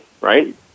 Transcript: right